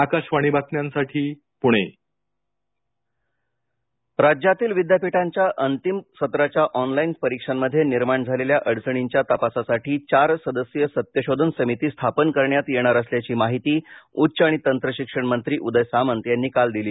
आकाशवाणी बातम्यांसाठी शिवराज सणस पुणे मंबई विद्यापीठ राज्यातील विद्यापीठांच्या अंतिम अंतिम सत्राच्या ऑनलाईन परीक्षांमध्ये निर्माण झालेल्या अडचणींच्या तपासासाठी चार सदस्यीय सत्यशोधन समिती स्थापन करण्यात येणार असल्याची माहिती उच्च आणि तंत्रशिक्षण मंत्री उदय सामंत यांनी काल दिली